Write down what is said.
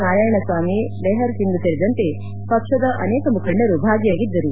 ನಾರಾಯಣಸ್ವಾಮಿ ಲೆಹರ್ ಒಂಗ್ ಸೇರಿದಂತೆ ಪಕ್ಷದ ಅನೇಕ ಮುಖಂಡರು ಭಾಗಿಯಾಗಿದ್ದರು